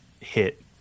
hit